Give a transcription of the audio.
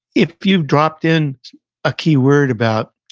if you've dropped in a keyword about,